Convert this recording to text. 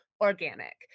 organic